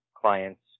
clients